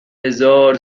هزار